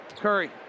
Curry